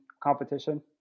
competition